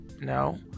No